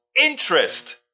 interest